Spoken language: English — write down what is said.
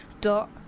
dot